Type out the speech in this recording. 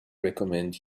recommend